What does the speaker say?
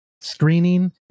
screening